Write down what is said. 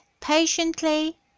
patiently